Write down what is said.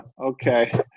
okay